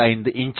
935 inch